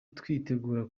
kwitegura